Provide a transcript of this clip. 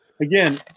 again